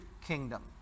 kingdom